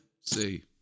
See